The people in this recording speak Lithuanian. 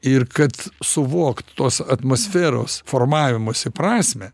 ir kad suvokt tos atmosferos formavimosi prasmę